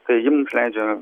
tai ji mums leidžia